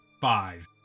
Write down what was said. Five